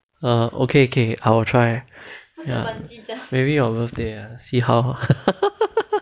err okay okay I'll try ya maybe your birthday ah see how